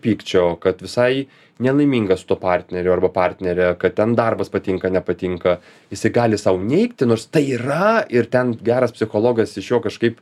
pykčio kad visai nelaimingas su tuo partneriu arba partnere kad ten darbas patinka nepatinka jisai gali sau neigti nors tai yra ir ten geras psichologas iš jo kažkaip